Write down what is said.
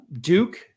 Duke